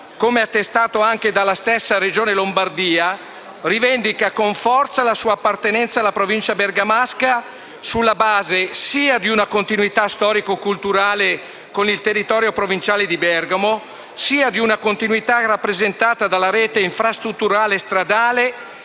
come attestato anche dalla stessa Regione Lombardia, rivendica con forza la sua appartenenza alla provincia bergamasca sulla base sia di una continuità storico-culturale con il territorio provinciale di Bergamo, sia di una continuità rappresentata dalla rete infrastrutturale stradale